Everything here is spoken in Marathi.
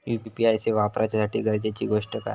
यू.पी.आय सेवा वापराच्यासाठी गरजेचे गोष्टी काय?